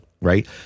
right